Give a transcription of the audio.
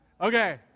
okay